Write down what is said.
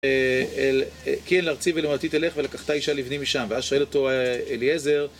כן, "לארצי ולמולדתי תלך ולקחת אישה לבני משם". ואז שואל אותו אליעזר